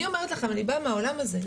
אני אומרת לכם: אני באה מהעולם הזה,